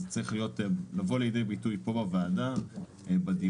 זה צריך לבוא לידי ביטוי פה בוועדה בדיונים,